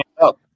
up